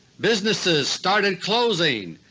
businesses started closing,